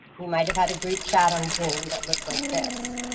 you might have had a group chat on zoom' that looked like this